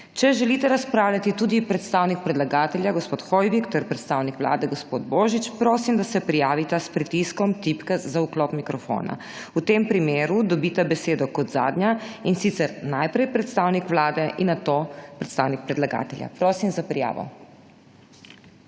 Če želita razpravljati tudi predstavnik predlagateljev Tomaž Lisec in predstavnik Vlade, prosim, da se prijavita s pritiskom tipke za vklop mikrofona; v tem primeru dobita besedo zadnja, in sicer najprej predstavnik Vlade in nato predstavnik predlagateljev. Začenjamo s prijavami.